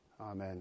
Amen